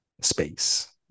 space